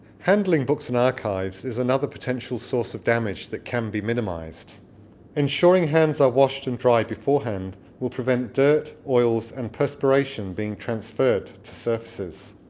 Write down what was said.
handling books and archives is another potential source of damage that can be minimised ensuring hands are washed and dried beforehand will prevent dirt, oils and perspiration being transferred to surfaces